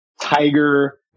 tiger